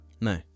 No